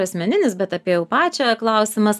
asmeninis bet apie jau pačią klausimas